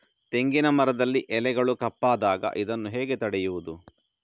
ತೆಂಗಿನ ಮರದಲ್ಲಿ ಎಲೆಗಳು ಕಪ್ಪಾದಾಗ ಇದನ್ನು ಹೇಗೆ ತಡೆಯುವುದು?